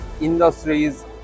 industries